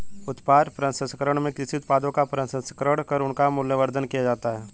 उत्पाद प्रसंस्करण में कृषि उत्पादों का प्रसंस्करण कर उनका मूल्यवर्धन किया जाता है